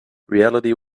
reality